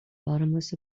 bottomless